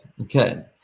Okay